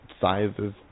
sizes